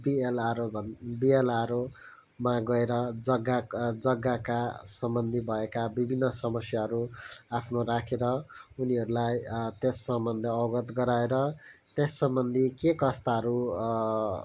BLRO भन बिएलआरओमा गएर जग्गा जग्गाका सम्बन्धी भएका विभिन्न समस्याहरू आफ्नो राखेर उनीहरूलाई त्यस सम्बन्ध अवागत गराएर त्यस सम्बन्धी के कस्ताहरू